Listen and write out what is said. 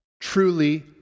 truly